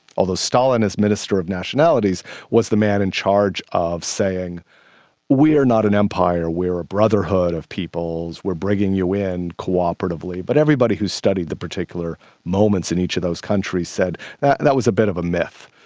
although stalin as minister of nationalities was the man in charge of saying that we are not an empire, we are ah brotherhood of peoples, we are bringing you in cooperatively. but everybody who studied the particular moments in each of those countries said that that was a bit of a myth.